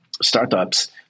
startups